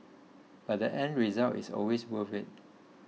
but the end result is always worth it